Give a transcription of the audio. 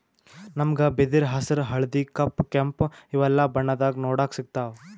ನಮ್ಗ್ ಬಿದಿರ್ ಹಸ್ರ್ ಹಳ್ದಿ ಕಪ್ ಕೆಂಪ್ ಇವೆಲ್ಲಾ ಬಣ್ಣದಾಗ್ ನೋಡಕ್ ಸಿಗ್ತಾವ್